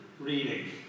reading